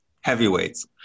heavyweights